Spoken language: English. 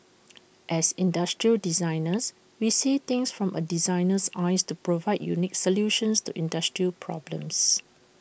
as industrial designers we see things from A designer's eyes to provide unique solutions to industrial problems